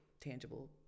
tangible